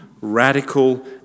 radical